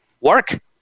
work